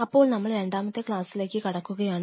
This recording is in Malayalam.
അപ്പോൾ നമ്മൾ രണ്ടാമത്തെ ക്ലാസ്സിലേക്ക് കടക്കുകയാണ്